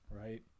right